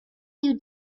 you